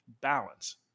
balance